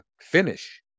finish